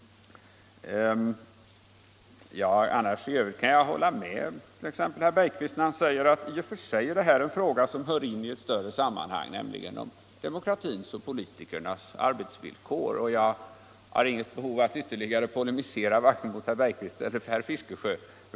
I övrigt kan jag hålla med herr Bergqvist, när han säger att detta är en fråga som hör till ett större sammanhang, nämligen demokratins och politikernas arbetsvillkor. Jag har inget behov av att ytterligare polemisera med vare sig herr Bergqvist eller herr Fiskesjö.